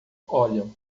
olham